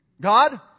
God